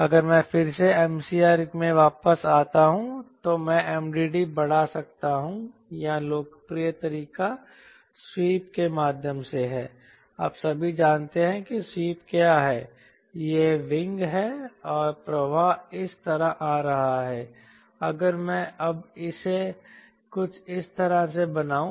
अगर मैं फिर से MCR में वापस आता हूं तो मैं MDD बढ़ा सकता हूं या लोकप्रिय तरीका स्वीप के माध्यम से है आप सभी जानते हैं कि स्वीप क्या है यह विंग है और प्रवाह इस तरह आ रहा है अगर मैं अब इसे कुछ इस तरह से बनाऊं